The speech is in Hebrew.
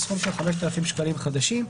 בסכום של 5,000 שקלים חדשים.